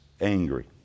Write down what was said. angry